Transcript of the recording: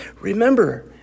Remember